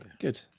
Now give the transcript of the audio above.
good